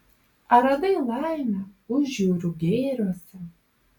ar radai laimę užjūrių gėriuose